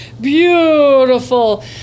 beautiful